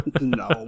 no